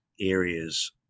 areas